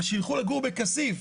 אז שילכו לגור בכסיף.